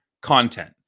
content